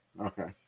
Okay